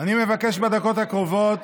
אני מבקש לדבר בדקות הקרובות